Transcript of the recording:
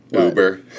Uber